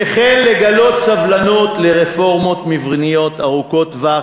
וכן לגלות סבלנות לרפורמות מבניות ארוכות-טווח,